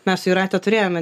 mes jūrate turėjome